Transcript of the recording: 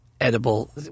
Edible